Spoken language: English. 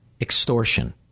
extortion